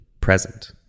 present